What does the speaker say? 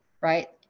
right